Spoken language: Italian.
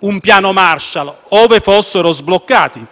un piano Marshall, ove fossero sbloccati.